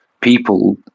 people